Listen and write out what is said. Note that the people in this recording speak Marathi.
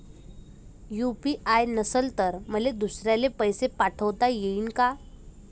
यू.पी.आय नसल तर मले दुसऱ्याले पैसे पाठोता येईन का?